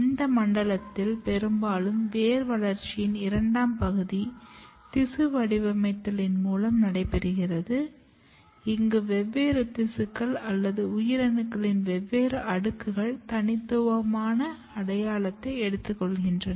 இந்த மண்டலத்தில் பெரும்பாலும் வேர் வளர்ச்சியின் இரண்டாம் பகுதி திசு வடிவமைத்தலின் மூலம் நடைபெறுகிறது இங்கு வெவ்வேறு திசுக்கள் அல்லது உயிரணுக்களின் வெவ்வேறு அடுக்குகள் தனித்துவமான அடையாளத்தை எடுத்துக்கொள்கின்றன